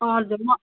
हजुर म